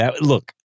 look